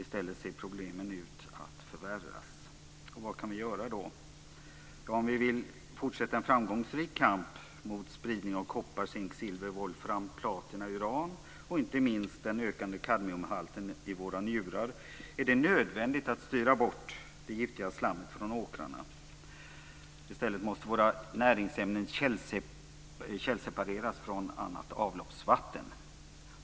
I stället ser problemen ut att förvärras. Vad kan vi då göra? Ja, om vi vill fortsätta en framgångsrik kamp mot spridningen av koppar, zink, silver, wolfram, platina, uran och, inte minst, den ökande kadmiumhalten i våra njurar är det nödvändigt att styra bort det giftiga slammet från åkrarna. I stället måste våra näringsämnen källsepareras från annat avloppsvatten.